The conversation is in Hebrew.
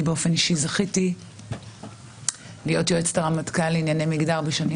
אני באופן אישי זכיתי להיות יועצת הרמטכ"ל לענייני מגדר בשנים